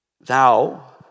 Thou